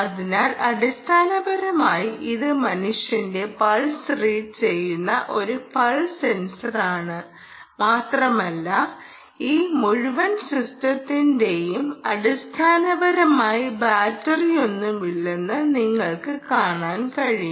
അതിനാൽ അടിസ്ഥാനപരമായി ഇത് മനുഷ്യന്റെ പൾസ് റീഡ് ചെയ്യുന്ന ഒരു പൾസ് സെൻസറാണ് മാത്രമല്ല ഈ മുഴുവൻ സിസ്റ്റത്തിനും അടിസ്ഥാനപരമായി ബാറ്ററിയൊന്നുമില്ലെന്ന് നിങ്ങൾക്ക് കാണാനും കഴിയും